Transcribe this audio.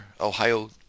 Ohio